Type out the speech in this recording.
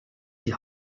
die